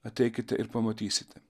ateikite ir pamatysite